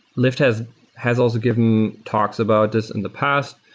lyft has has also given talks about this in the past.